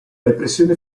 repressione